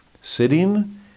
sitting